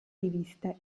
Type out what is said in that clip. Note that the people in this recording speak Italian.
riviste